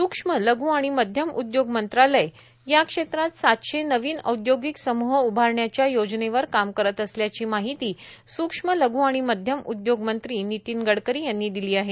स्क्ष्म लघ् आणि मध्यम उदयोग मंत्रालय या क्षेत्रात सातशे औदयोगिक समुह उभारण्याच्या योजनेवर काम करत असल्याची माहिती सुक्ष्म लघू आणि मध्यम उद्योग मंत्री नितीन गडकरी यांनी दिली आहे